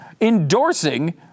endorsing